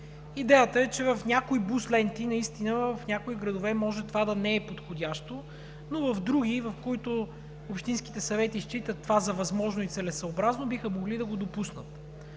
Идеята е, че в някои бус ленти наистина в някои градове може това да не е подходящо, но в други, в които общинските съвети считат това за възможно и целесъобразно, биха могли да го допуснат.